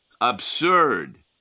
absurd